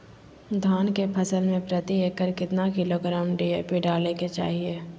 धान के फसल में प्रति एकड़ कितना किलोग्राम डी.ए.पी डाले के चाहिए?